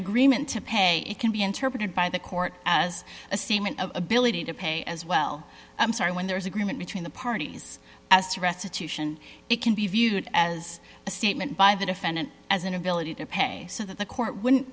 agreement to pay it can be interpreted by the court as a seaman ability to pay as well i'm sorry when there is agreement between the parties as to restitution it can be viewed as a statement by the defendant as an ability to pay so that the court wouldn't